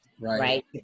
right